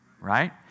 right